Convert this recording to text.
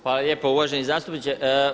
Hvala lijepa uvaženi zastupniče.